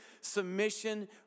submission